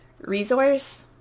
resource